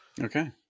okay